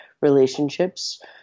relationships